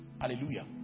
hallelujah